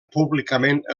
públicament